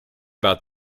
about